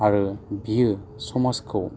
आरो बियो समाजखौ